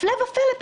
הפלא ופלא,